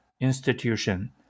institution